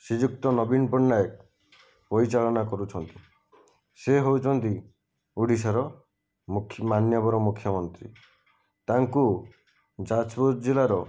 ଶ୍ରୀଯୁକ୍ତ ନବୀନ ପଟ୍ଟନାୟକ ପରିଚାଳନା କରୁଛନ୍ତି ସେ ହେଉଛନ୍ତି ଓଡ଼ିଶାର ମୁଖ୍ୟ ମାନ୍ୟବର ମୁଖ୍ୟମନ୍ତ୍ରୀ ତାଙ୍କୁ ଯାଜପୁର ଜିଲ୍ଲାର